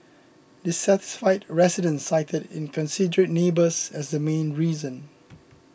dissatisfied residents cited inconsiderate neighbours as the main reason